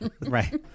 Right